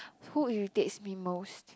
who irritates me most